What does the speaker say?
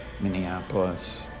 Minneapolis